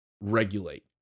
regulate